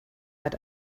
but